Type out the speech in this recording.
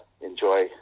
enjoy